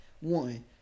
one